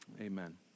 amen